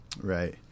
right